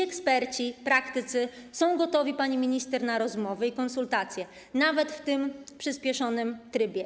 Eksperci, praktycy są gotowi, pani minister, na rozmowy i konsultacje nawet w przyspieszonym trybie.